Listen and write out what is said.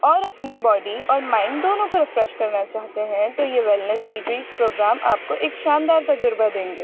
اور اپنی باڈی اور مائنڈ دونوں کو ریفریش کرنا چاہتے ہیں تو یہ ویلنس ریٹریٹس پروگرام آپ کو ایک شاندار تجربہ دیں گے